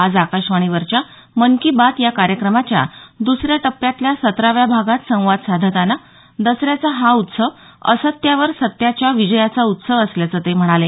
आज आकाशवाणीवरच्या मन की बात या कार्यक्रमाच्या दसऱ्या टप्प्यातल्या सतराव्या भागात संवाद साधताना दसऱ्याचा हा उत्सव असत्यावर सत्याच्या विजयाचा उत्सव असल्याचं ते म्हणाले